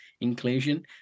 inclusion